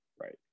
right